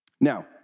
Now